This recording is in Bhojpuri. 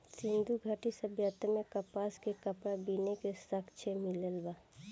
सिंधु घाटी सभ्यता में कपास के कपड़ा बीने के साक्ष्य मिलल बा